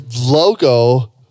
logo